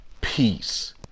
peace